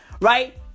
right